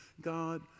God